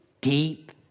deep